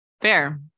Fair